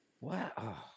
Wow